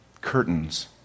curtains